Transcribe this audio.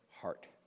heart